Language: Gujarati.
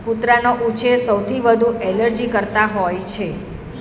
કૂતરાનો ઉછેર સૌથી વધુ એલર્જીકર્તા હોય છે